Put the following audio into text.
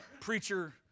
preacher